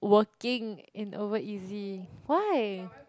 working in OverEasy why